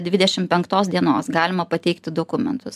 dvidešim penktos dienos galima pateikti dokumentus